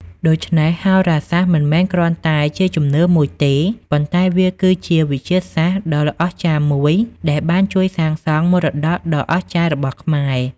ដូច្នេះ ហោរាសាស្ត្រមិនមែនគ្រាន់តែជាជំនឿមួយទេ ប៉ុន្តែវាគឺជាវិទ្យាសាស្ត្រដ៏អស្ចារ្យមួយដែលបានជួយសាងសង់មរតកដ៏អស្ចារ្យរបស់ខ្មែរ។